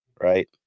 right